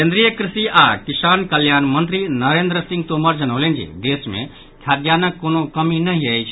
केन्द्रीय कृषि आओर किसान कल्याण मंत्री नरेन्द्र सिंह तोमर जनौलनि जे देश मे खाद्यान्नक कोनो कमि नहिं अछि